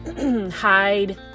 Hide